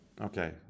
Okay